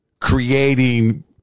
Creating